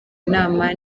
inama